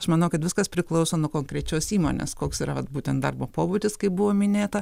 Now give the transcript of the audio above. aš manau kad viskas priklauso nuo konkrečios įmonės koks yra vat būtent darbo pobūdis kaip buvo minėta